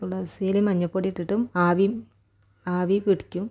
തുളസിയിലയും മഞ്ഞള്പ്പൊടിയിട്ടിട്ടും ആവിയും ആവിപിടിക്കും